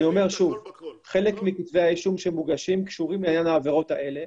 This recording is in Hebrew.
חלק מכתבי האישום שמוגשים קשורים לעבירות האלה.